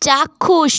চাক্ষুষ